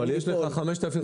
אבל יש לך 5,500 מששפחות.